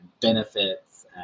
benefits